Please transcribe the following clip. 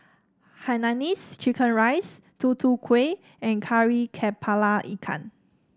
Hainanese Chicken Rice Tutu Kueh and Kari kepala Ikan